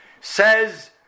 Says